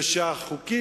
ושהחוקים,